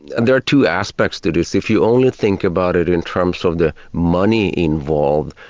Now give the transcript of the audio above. and there are two aspects to this. if you only think about it in terms of the money involved,